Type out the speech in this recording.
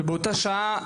ובאותה שעה,